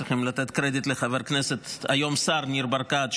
צריכים לתת קרדיט לחבר הכנסת והיום שר ניר ברקת,